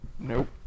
Nope